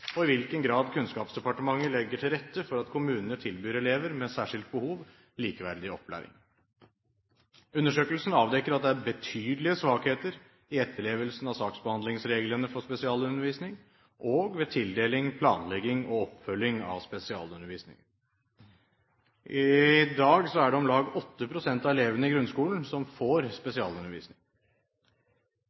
og i hvilken grad Kunnskapsdepartementet legger til rette for at kommunene tilbyr elever med særskilte behov likeverdig opplæring. Undersøkelsen avdekker at det er betydelige svakheter i etterlevelsen av saksbehandlingsreglene for spesialundervisning og ved tildeling, planlegging og oppfølging av spesialundervisning. I dag er det om lag 8 pst. av elevene i grunnskolen som får spesialundervisning.